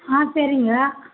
ஆ சரிங்க